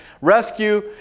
rescue